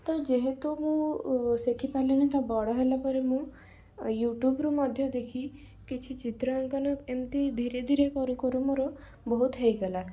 ତ ଯେହେତୁ ମୁଁ ଶିଖିପାରିଲିନି ତ ବଡ଼ ହେଲା ପରେ ମୁଁ ୟୁଟ୍ୟୁବରୁ ମଧ୍ୟ ଦେଖି କିଛି ଚିତ୍ରାଙ୍କନ ଏମିତି ଧୀରେ ଧୀରେ କରୁ କରୁ ମୋର ବହୁତ ହେଇଗଲା